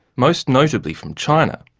most notably from china.